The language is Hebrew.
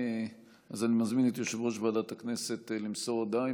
אז אני מזמין את יושב-ראש ועדת הכנסת למסור הודעה.